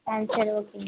ஆ சரி ஓகேங்க